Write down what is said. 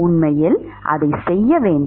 உண்மையில் அதைச் செய்ய வேண்டும்